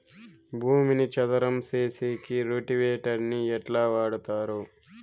భూమిని చదరం సేసేకి రోటివేటర్ ని ఎట్లా వాడుతారు?